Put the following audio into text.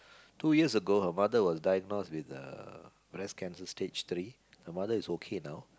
two years ago her mother was diagnose with a breast cancer stage three her mother is okay now